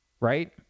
Right